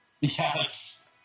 Yes